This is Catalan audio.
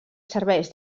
serveix